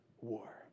war